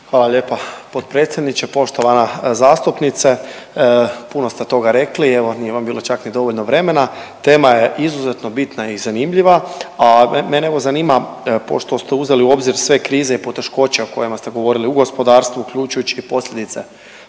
Hvala lijepa potpredsjedniče. Poštovana zastupnice, puno ste toga rekli, evo, nije vam bilo čak ni dovoljno vremena. Tema je izuzetno bitna i zanimljiva, a mene evo, zanima, pošto ste uzeli u obzir sve krize i poteškoće o kojima ste govorili, u gospodarstvu, uključujući i potrese